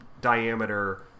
diameter